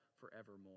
forevermore